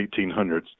1800s